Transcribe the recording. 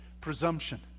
Presumption